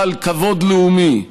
בעל כבוד לאומי,